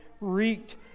wreaked